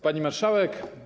Pani Marszałek!